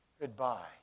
Goodbye